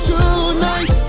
Tonight